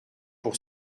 pour